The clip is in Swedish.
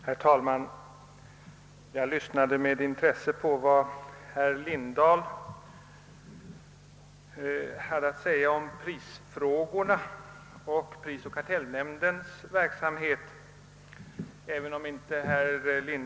Herr talman! Jag lyssnade med intresse på vad herr Lindahl hade att säga om Pprisfrågorna och prisoch kartellnämndens verksamhet.